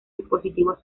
dispositivos